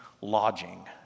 lodging